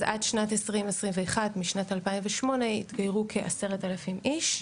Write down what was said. אז עד שנת 2021 משנת 2008 התגיירו כ-10,000 איש.